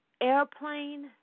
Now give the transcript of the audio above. airplane